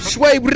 Sway